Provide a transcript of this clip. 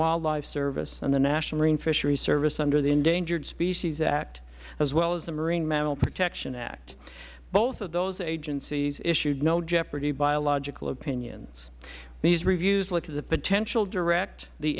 wildlife service and the national marine fishery service under the endangered species act as well as the marine mammal protection act both of those agencies issued no jeopardy biological opinions these reviews went to the potential direct the